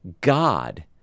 God